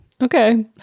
Okay